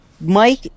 Mike